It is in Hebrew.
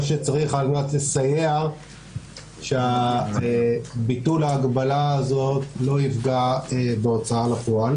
שצריך על מנת לסייע שביטול ההגבלה הזאת לא יפגע בהוצאה לפועל.